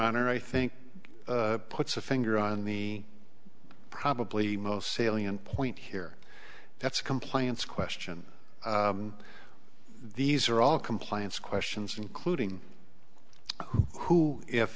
honor i think puts a finger on the probably most salient point here that's a compliance question these are all compliance questions including who if